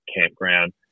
campground